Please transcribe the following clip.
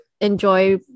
enjoy